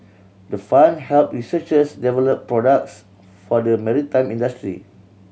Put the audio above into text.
the fund help researchers develop products for the maritime industry